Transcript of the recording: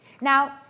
Now